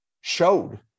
showed